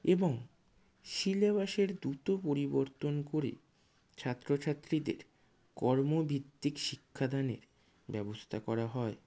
এবং সিলেবাসের দ্রুত পরিবর্তন করে ছাত্র ছাত্রীদের কর্মভিত্তিক শিক্ষাদানের ব্যবস্থা করা হয়